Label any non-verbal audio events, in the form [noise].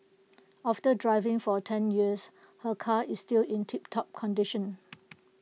after driving for ten years her car is still in tiptop condition [noise]